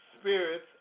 spirits